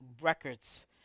Records